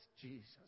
Jesus